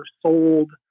sold